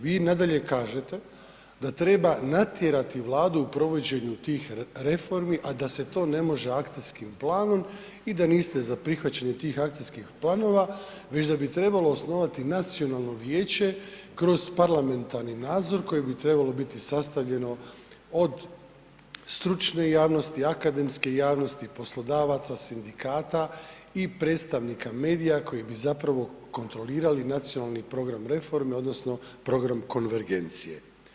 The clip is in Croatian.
Vi nadalje kažete da treba natjerati Vladu u provođenju tih reformi, a da se to ne može akcijskim planom i da niste za prihvaćanje tih akcijskih planova, već da bi trebalo osnovati nacionalno vijeće kroz parlamentarni nadzor koje bi trebalo biti sastavljeno od stručne javnosti, akademske javnosti, poslodavaca, Sindikata i predstavnika medija koji bi zapravo kontrolirali nacionalni program reforme odnosno program konvergencije.